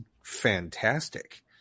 fantastic